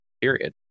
period